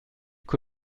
que